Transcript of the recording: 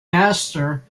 pastor